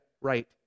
right